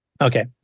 Okay